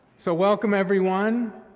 so, welcome, everyone,